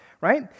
right